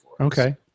Okay